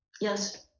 Yes